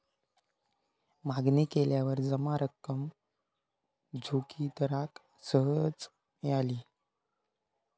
मागणी केल्यावर जमा रक्कम जोगिंदराक सहज मिळाली